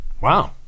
Wow